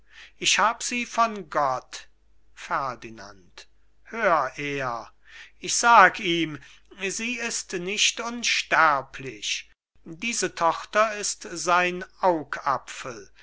ich hab sie von gott ferdinand hör er ich sag ihm sie ist nicht unsterblich diese tochter ist sein augapfel